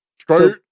Straight